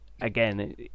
again